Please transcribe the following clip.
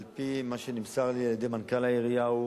על-פי מה שנמסר לי על-ידי מנכ"ל העירייה,